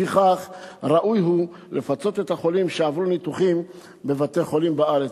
לפיכך ראוי לפצות את החולים שעברו ניתוחים בבתי-חולים בארץ,